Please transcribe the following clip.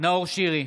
נאור שירי,